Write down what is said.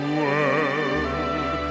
world